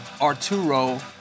Arturo